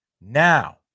Now